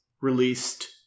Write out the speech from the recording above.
released